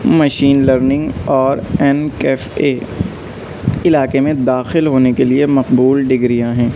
machine learning اور این کیف اے علاقے میں داخل ہونے کے لیے مقبول ڈگریاں ہیں